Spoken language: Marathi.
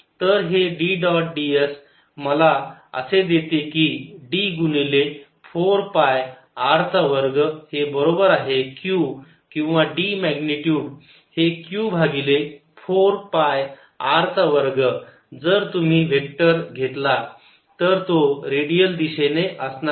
तर हे D डॉट ds मला असे देते की D गुणिले 4 पाय r चा वर्ग हे बरोबर आहे Q किंवा D मॅग्निट्युड हे q भागिले 4 पाय r चा वर्ग जर तुम्ही वेक्टर घेतला तर तो रेडियल दिशेनी असणार आहे ते माझे D आहे